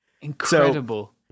Incredible